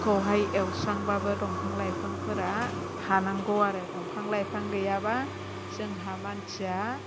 एवस्रांब्लाबो दंफां लाइफांफोरा थानांगौ आरो दंफां लाइफां गैयाब्ला जोंहा मानसिया